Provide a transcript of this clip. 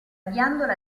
ghiandola